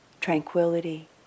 tranquility